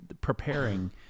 preparing